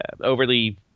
overly